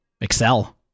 Excel